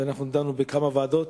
ואנחנו דנו בכמה ועדות.